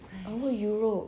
I only euro~